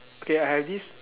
okay I have this